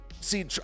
see